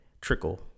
trickle